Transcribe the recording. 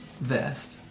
Vest